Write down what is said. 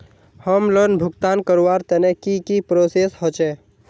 Home loan भुगतान करवार तने की की प्रोसेस होचे?